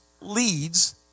leads